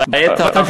בעת האחרונה,